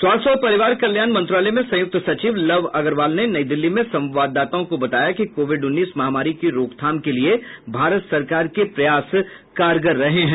स्वास्थ्य और परिवार कल्याण मंत्रालय में संयुक्त सचिव लव अग्रवाल ने नई दिल्ली में संवाददाताओं को बताया कि कोविड उन्नीस महामारी की रोकथाम के लिये भारत सरकार के प्रयास कारगर रहे हैं